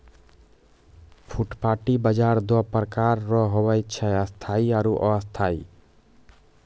फुटपाटी बाजार दो प्रकार रो हुवै छै स्थायी आरु अस्थायी